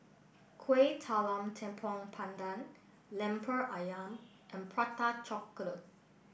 Kueh Talam Tepong Pandan Lemper Ayam and Prata Chocolate